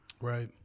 Right